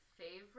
favorite